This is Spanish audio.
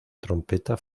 trompeta